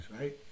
right